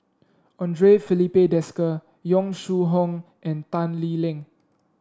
Andre Filipe Desker Yong Shu Hoong and Tan Lee Leng